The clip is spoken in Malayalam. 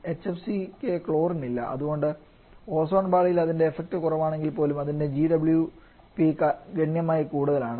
HFC ക്ക് ക്ലോറിൻ ഇല്ല അതുകൊണ്ട് ഓസോൺ പാളിയിൽ അതിൻറെ എഫക്ട് കുറവാണെങ്കിൽ പോലും അതിൻറെ GWP ഗണ്യമായി കൂടുതലാണ്